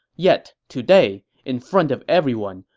yet today, in front of everyone,